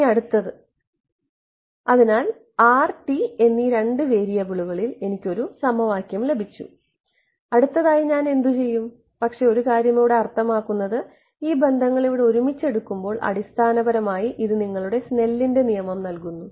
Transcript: ഇനി അടുത്തത് അതിനാൽ R T എന്നീ രണ്ട് വേരിയബിളുകളിൽ എനിക്ക് ഒരു സമവാക്യം ലഭിച്ചു അടുത്തതായി ഞാൻ എന്തുചെയ്യും പക്ഷേ ഒരു കാര്യം ഇവിടെ അർത്ഥമാക്കുന്നത് ഈ ബന്ധങ്ങൾ ഇവിടെ ഒരുമിച്ച് എടുക്കുമ്പോൾ അടിസ്ഥാനപരമായി ഇത് നിങ്ങളുടെ സ്നെല്ലിന്റെ നിയമം നൽകുന്നു